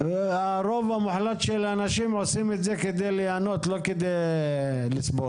הרוב המוחלט של האנשים עושים את זה כדי ליהנות ולא כדי לסבול.